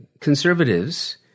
conservatives